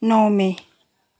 नौ मे